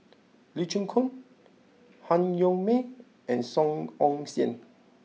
Lee Chin Koon Han Yong May and Song Ong Siang